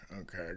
Okay